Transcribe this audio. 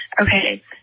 Okay